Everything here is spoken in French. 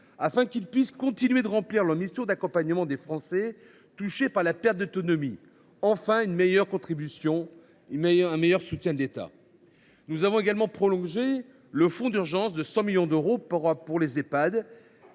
afin que ceux ci puissent continuer de remplir leur mission d’accompagnement des Français touchés par la perte d’autonomie. Nous avons en outre amélioré la contribution et le soutien de l’État. Nous avons également prolongé le fonds d’urgence de 100 millions d’euros pour les Ehpad.